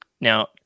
Now